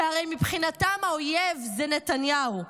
שהרי מבחינתם האויב הוא נתניהו,